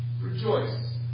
Rejoice